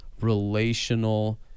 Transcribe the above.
relational